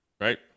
Right